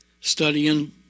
studying